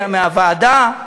מהוועדה.